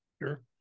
Sure